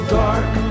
dark